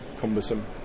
cumbersome